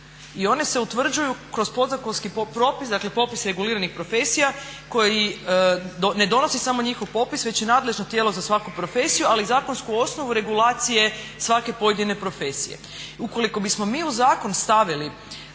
I one se utvrđuju kroz podzakonski propis, dakle popis reguliranih profesija koji ne donosi samo njihov popis već i nadležno tijelo za svaku profesiju ali i zakonsku osnovu regulacije svake pojedine profesije. Ukoliko bismo mi u zakon stavili